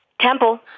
Temple